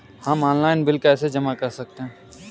हम online bill कैसे जमा कर सकते हैं?